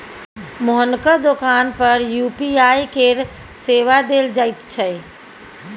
मोहनक दोकान पर यू.पी.आई केर सेवा देल जाइत छै